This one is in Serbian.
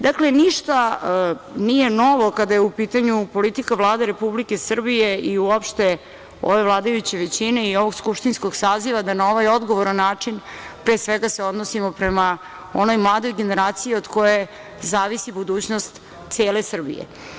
Dakle, ništa nije novo kada je u pitanju politika Vlade Republike Srbije i uopšte ove vladajuće većine i ovog skupštinskog saziva, da na ovaj odgovoran način pre svega se odnosimo prema onoj mladoj generacije od koje zavisi budućnost cele Srbije.